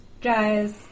guys